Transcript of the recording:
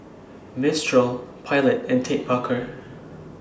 Mistral Pilot and Ted Baker